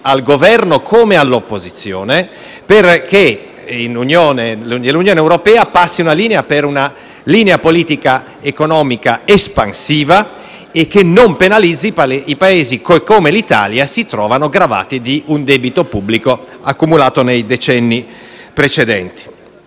al Governo come all'opposizione, perché nell'Unione europea passi una linea espansiva che non penalizzi Paesi come l'Italia, che si trovano gravati di un debito pubblico accumulato nei decenni precedenti.